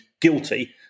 guilty